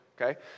okay